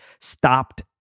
stopped